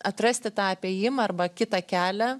atrasti tą apėjimą arba kitą kelią